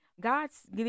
God's